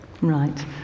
Right